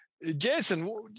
Jason